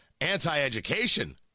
anti-education